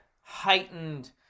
heightened